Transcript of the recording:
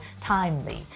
timely